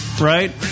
Right